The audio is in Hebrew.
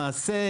למעשה,